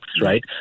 right